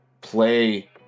play